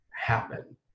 happen